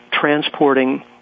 transporting